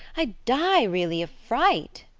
i'd die really of fright.